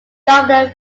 governor